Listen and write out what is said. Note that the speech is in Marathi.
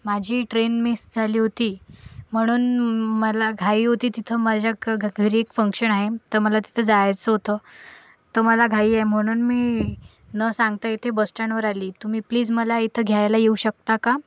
माझी ट्रेन मिस झाली होती म्हणून मला घाई होती तिथं माझ्या घरी एक फंक्शण आहे तर मला तिथं जायचं होतं तर मला घाई आहे म्हणून मी न सांगता इथे बसस्टँडवर आली तुम्ही प्लिज मला इथे घ्यायला येऊ शकता का